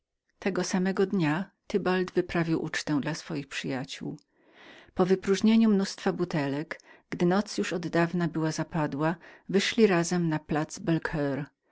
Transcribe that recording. tego samego dnia tybald wyprawił ucztę dla swoich przyjaciół po wypróżnieniu mnóstwa butelek gdy noc już oddawna była zapadła wyszli wszyscy razem na plac